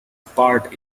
part